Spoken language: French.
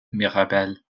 mirabel